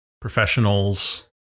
professionals